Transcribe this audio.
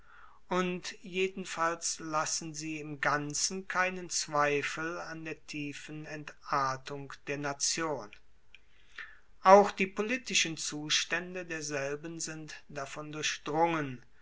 und jedenfalls lassen sie im ganzen keinen zweifel an der tiefen entartung der nation auch die politischen zustaende derselben sind davon